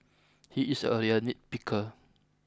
he is a real nitpicker